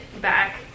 back